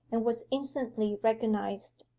and was instantly recognized.